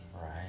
right